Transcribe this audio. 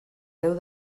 déu